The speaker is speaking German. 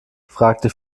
fragte